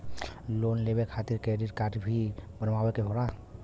Loan लेवे खातिर credit काडे भी बनवावे के होला?